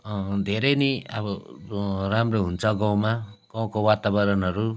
धेरै नै अब राम्रो हुन्छ गाउँमा गाउँको वातावरणहरू